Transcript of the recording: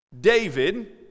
David